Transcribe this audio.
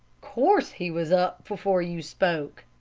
course he was up before you spoke!